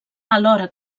alhora